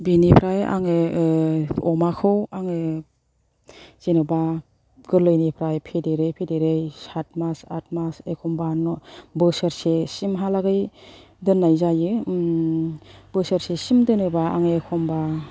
बेनिफ्राय आङो अमाखौ आङो जेन'बा गोरलैनिफ्राय फेदेरै फेदेरै सात मास आट मास एखमबा न बोसोरसे सिमहालागै दोन्नाय जायो बोसोरसेसिम दोनोबा आं एखम्बा